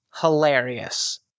Hilarious